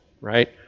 right